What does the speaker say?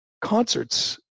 concerts